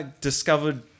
discovered